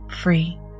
free